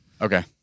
Okay